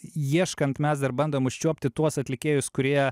ieškant mes dar bandom užčiuopti tuos atlikėjus kurie